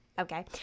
okay